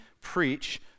preach